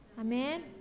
Amen